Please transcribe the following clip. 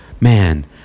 man